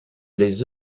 les